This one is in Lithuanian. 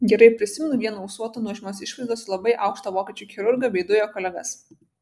gerai prisimenu vieną ūsuotą nuožmios išvaizdos ir labai aukštą vokiečių chirurgą bei du jo kolegas